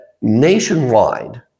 nationwide